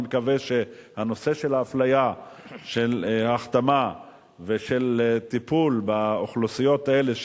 אני מקווה שהנושא של האפליה של ההחתמה ושל הטיפול באוכלוסיות האלה,